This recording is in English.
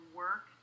work